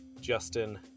justin